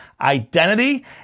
Identity